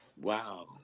Wow